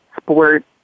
sport